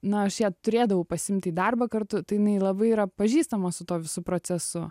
na aš ją turėdavau pasiimti į darbą kartu tai jinai labai yra pažįstama su tuo visu procesu